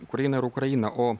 ukraina yra ukraina o